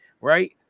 right